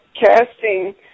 casting